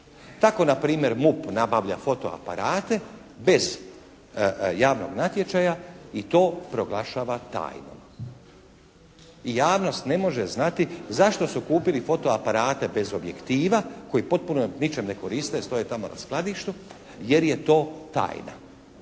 Tako na primjer MUP nabavlja foto aparate bez javnog natječaja i to proglašava tajnom. I javnost ne može znati zašto su kupili foto aparate bez objektiva koji potpuno ničem ne koriste, stoje tamo na skladištu jer je to tajna.